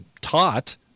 taught